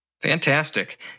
Fantastic